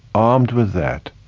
armed with that,